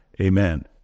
Amen